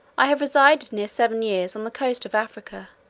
i have resided near seven years on the coast of africa,